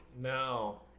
No